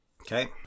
Okay